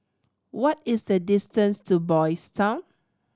what is the distance to Boys' Town